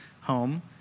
home